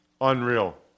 Unreal